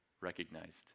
recognized